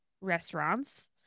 restaurants